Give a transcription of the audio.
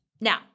Now